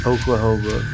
Oklahoma